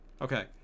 Okay